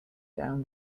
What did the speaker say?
down